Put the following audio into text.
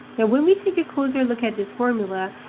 yeah when we take a closer look at this formula,